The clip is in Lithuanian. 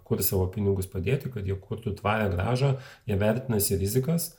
kur savo pinigus padėti kad jakutų tvarią grąžą jie vertinasi rizikas